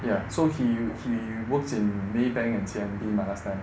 ya so he he works in maybank and C_M_B mah last time